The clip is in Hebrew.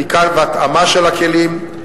בדיקה והתאמה של הכלים,